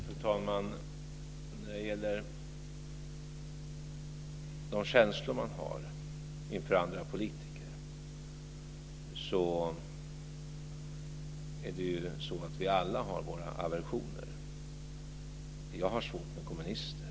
Fru talman! Vad gäller känslor inför andra politiker har vi alla våra aversioner. Jag har svårt med kommunister.